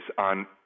on